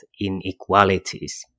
inequalities